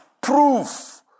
proof